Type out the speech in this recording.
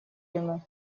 ему